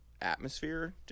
atmosphere